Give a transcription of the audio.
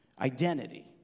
identity